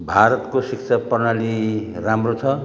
भारतको शिक्षा प्रणाली राम्रो छ